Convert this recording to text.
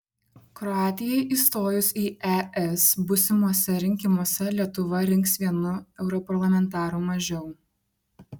kroatijai įstojus į es būsimuose rinkimuose lietuva rinks vienu europarlamentaru mažiau